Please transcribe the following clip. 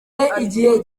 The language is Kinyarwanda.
igihe